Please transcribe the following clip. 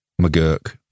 McGurk